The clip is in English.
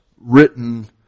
written